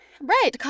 Right